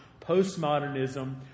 postmodernism